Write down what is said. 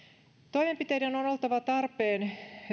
toimenpiteiden on oltava tarpeen